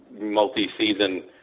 multi-season